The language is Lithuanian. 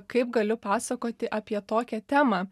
kaip galiu pasakoti apie tokią temą